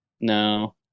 No